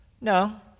No